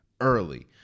early